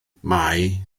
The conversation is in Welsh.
mai